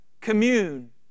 Commune